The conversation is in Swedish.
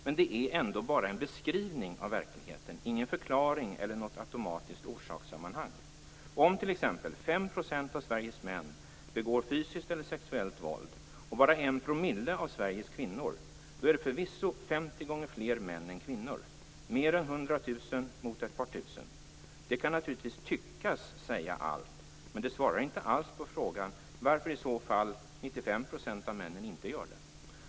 Men det är ändå bara en beskrivning av verkligheten, ingen förklaring eller något automatiskt orsakssammanhang. Om t.ex. 5 % av Sveriges män begår fysiskt eller sexuellt våld och bara 1 % av Sveriges kvinnor gör det är det förvisso 50 gånger fler män än kvinnor - mer än 100 000 mot ett par tusen. Det kan naturligtvis tyckas säga allt. Men det svarar inte alls på frågan varför i så fall 95 % av männen inte gör det.